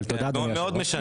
אבל תודה אדוני היושב-ראש.